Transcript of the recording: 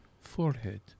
forehead